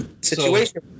situation